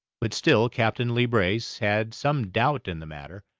but still captain leebrace had some doubt in the matter.